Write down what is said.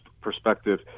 perspective